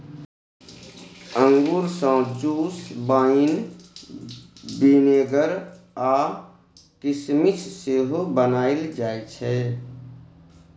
अंगुर सँ juice, wine, vinegar आ किसमिस सेहो बनाएल जाइ छै